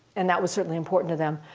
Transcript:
and that was certainly important to them.